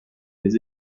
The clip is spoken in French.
des